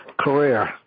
career